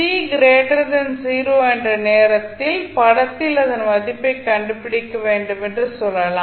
t 0 என்ற நேரத்தில் படத்தில் அதன் மதிப்பைக் கண்டுபிடிக்க வேண்டும் என்று சொல்லலாம்